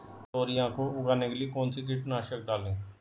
तोरियां को उगाने के लिये कौन सी कीटनाशक डालें?